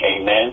Amen